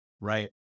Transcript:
right